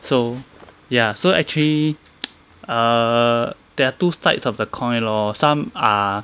so ya so actually err there are two sides of the coin lor some are